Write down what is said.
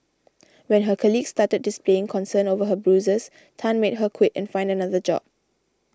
when her colleagues started displaying concern over her bruises Tan made her quit and find another job